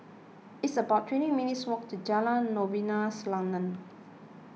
it's about twenty minutes' walk to Jalan Novena Selatan